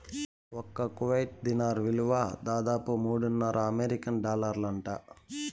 ఒక్క కువైట్ దీనార్ ఇలువ దాదాపు మూడున్నర అమెరికన్ డాలర్లంట